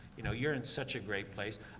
you know, you're in such a great place.